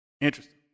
Interesting